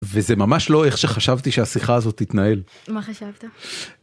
וזה ממש לא איך שחשבתי שהשיחה הזאת תתנהל מה חשבת.